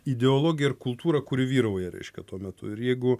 ideologiją ir kultūrą kuri vyrauja reiškia tuo metu ir jeigu